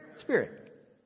Spirit